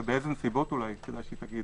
ובאיזה נסיבות, אולי כדאי שהיא תגיד.